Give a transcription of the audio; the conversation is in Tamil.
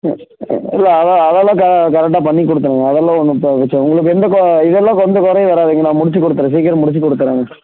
இல்லை அது அதெல்லாம் கரெக்டா பண்ணிக் கொடுத்துருங்க அதெல்லாம் ஒன்றும் பிரச்சனை இல்லை உங்களுக்கு எந்த இதெல்லாம் எந்த குறையும் வராதுங்க நான் முடித்து குடுத்தர்றேன் சீக்கிரம் முடித்து கொடுத்தர்றேங்க